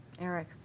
Eric